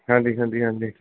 ਹਾਂਜੀ ਹਾਂਜੀ ਹਾਂਜੀ